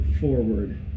forward